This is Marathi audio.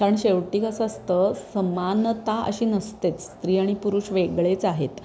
कारण शेवटी कसं असतं समानता अशी नसतेच स्त्री आणि पुरुष वेगळेच आहेत